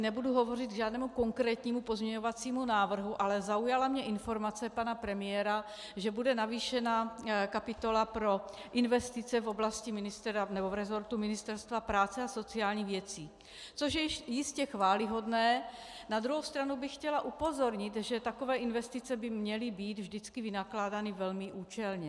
Nebudu hovořit k žádnému konkrétnímu pozměňovacímu návrhu, ale zaujala mě informace pana premiéra, že bude navýšena kapitola pro investice v oblasti nebo v resortu Ministerstva práce a sociálních věcí, což je jistě chvályhodné, na druhou stranu bych chtěla upozornit, že takové investice by měly být vždycky vynakládány velice účelně.